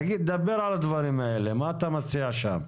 דבר על הדברים האלה, מה אתה מציע שם?